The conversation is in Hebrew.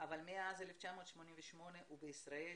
אבל מאז 1988 הוא בישראל,